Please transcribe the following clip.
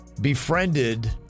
befriended